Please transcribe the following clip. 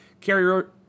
carrier